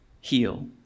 heal